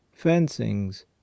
fencings